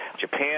Japan